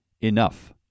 enough